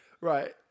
right